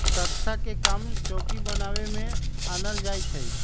तकख्ता के काम चौकि बनाबे में आनल जाइ छइ